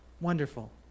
wonderful